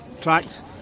Tracks